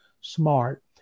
smart